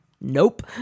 Nope